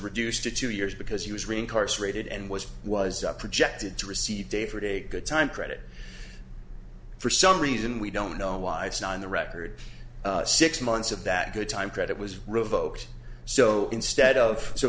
reduced to two years because he was reading cards rated and was was projected to receive david a good time credit for some reason we don't know why it's not in the record six months of that good time credit was revoked so instead of so